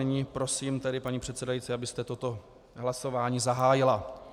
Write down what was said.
Nyní prosím, paní předsedající, abyste toto hlasování zahájila.